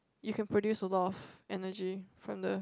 you can produce a lot of energy from the